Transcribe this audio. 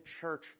church